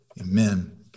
Amen